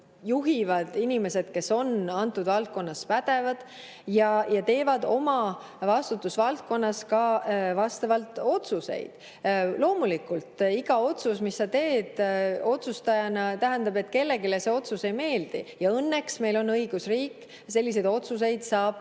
juhivad inimesed, kes on antud valdkonnas pädevad ja teevad oma vastutusvaldkonnas ka otsuseid. Loomulikult, iga otsus, mis sa teed otsustajana, tähendab, et on keegi, kellele see otsus ei meeldi. Õnneks on meil õigusriik, selliseid otsuseid saab